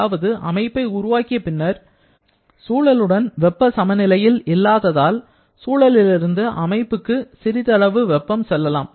அதாவது அமைப்பை உருவாக்கிய பின்னர் சூழலுடன் அது வெப்பச் சமநிலையில் இல்லாததால் சூழலிலிருந்து அமைப்புக்கு சிறிதளவு வெப்பம் செல்லலாம்